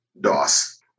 DOS